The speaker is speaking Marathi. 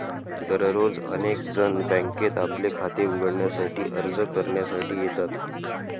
दररोज अनेक जण बँकेत आपले खाते उघडण्यासाठी अर्ज करण्यासाठी येतात